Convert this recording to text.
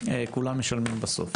כולם משלמים בסוף,